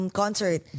concert